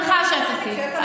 אני שמחה שאת עשית.